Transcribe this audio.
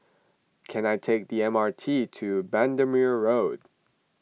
can I take the M R T to Bendemeer Road